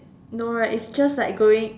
no right it's just like going